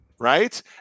right